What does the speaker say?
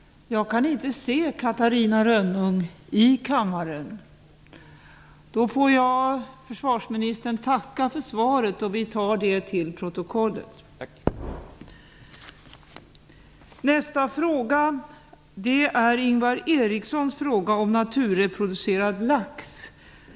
Talmannen konstaterade att frågeställaren inte var närvarande och tackade försvarsministern för att denne kommit och lämnat svaret.